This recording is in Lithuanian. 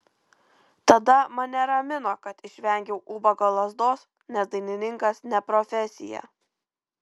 tada mane ramino kad išvengiau ubago lazdos nes dainininkas ne profesija